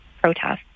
protests